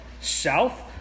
south